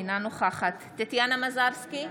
אינה נוכחת טטיאנה מזרסקי,